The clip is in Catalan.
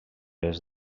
est